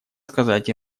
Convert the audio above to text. сказать